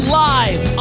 live